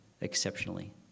exceptionally